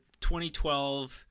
2012